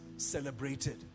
celebrated